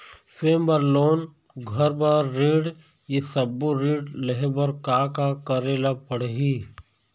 स्वयं बर लोन, घर बर ऋण, ये सब्बो ऋण लहे बर का का करे ले पड़ही?